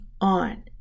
on